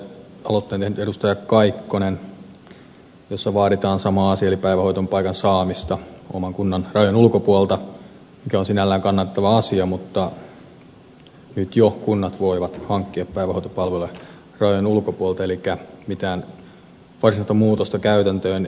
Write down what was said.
kaikkonen tehnyt toimenpidealoitteen jossa vaaditaan samaa asiaa eli päivähoitopaikan saamista oman kunnan rajojen ulkopuolelta mikä on sinällään kannatettava asia mutta nyt jo kunnat voivat hankkia päivähoitopalveluja rajojen ulkopuolelta elikkä mitään varsinaista muutosta käytäntöön tässä ei tule